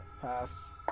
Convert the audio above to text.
Pass